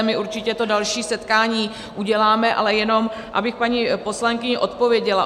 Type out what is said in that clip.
My určitě to další setkání uděláme, ale jenom abych paní poslankyni odpověděla.